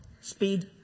speed